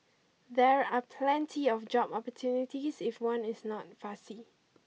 there are plenty of job opportunities if one is not fussy